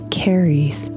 carries